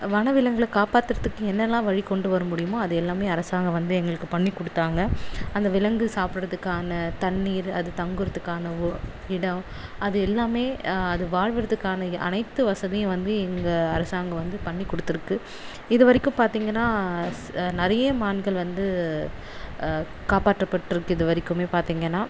வனவிலங்குகளை காப்பாத்தறதுக்கு என்னல்லாம் வழி கொண்டு வர முடியுமோ அது எல்லாமே அரசாங்கம் வந்து எங்களுக்கு பண்ணி கொடுத்தாங்க அந்த விலங்கு சாப்பிடறதுக்கான தண்ணீர் அது தங்குறதுக்கான இடம் அது எல்லாமே அது வாழ்வதற்கான அனைத்து வசதியும் வந்து எங்க அரசாங்கம் வந்து பண்ணி கொடுத்துருக்கு இது வரைக்கும் பார்த்தீங்கன்னா நிறையா மான்கள் வந்து காப்பாற்றப்பட்டுருக்குது இது வரைக்குமே பார்த்தீங்கன்னா